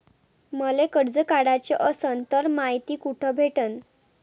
मले कर्ज काढाच असनं तर मायती कुठ भेटनं?